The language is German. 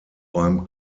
beim